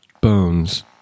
Bones